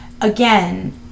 again